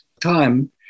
time